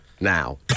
now